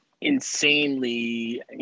insanely